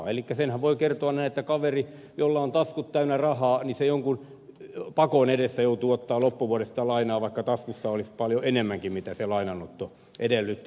elikkä senhän voi kertoa näin että kaveri jolla on taskut täynnä rahaa jonkin pakon edessä joutuu ottamaan loppuvuodesta lainaa vaikka taskussa olisi paljon enemmän rahaa kuin se lainanotto